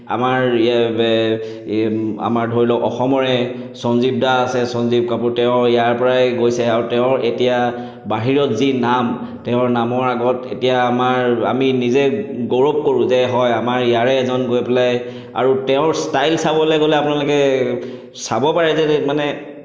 আমাৰ আমাৰ ধৰি লওক অসমৰে সঞ্জীৱ দা আছে সঞ্জীৱ কাপুৰ তেওঁ ইয়াৰ পৰাই গৈছে আৰু তেওঁৰ এতিয়া বাহিৰত যি নাম তেওঁৰ নামৰ আগত এতিয়া আমাৰ আমি নিজেই গৌৰৱ কৰোঁ যে হয় আমাৰ ইয়াৰে এজন গৈ পেলাই আৰু তেওঁৰ ষ্টাইল চাবলৈ গ'লে আপোনালোকে চাব পাৰে যে মানে